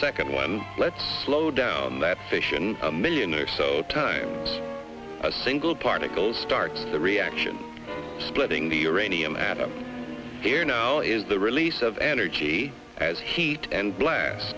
second one let's slow down that fission a million or so times a single particles start the reaction splitting the uranium atom here now is the release of energy as heat and blast